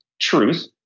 truth